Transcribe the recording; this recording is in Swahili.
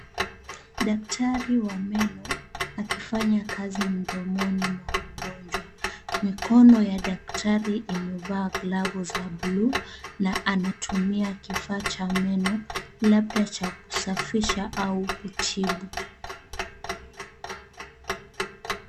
Daktari wa meno akifanya kazi mdomoni mwa mgonjwa .Mikono ya daktari imevaa glavu za blue na anatumia kifaa cha meno labda cha kusafisha au kutibu